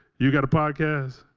you got a podcast?